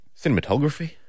cinematography